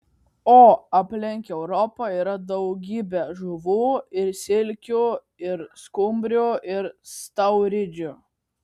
o aplink europą yra daugybė žuvų ir silkių ir skumbrių ir stauridžių